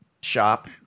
shop